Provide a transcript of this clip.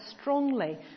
strongly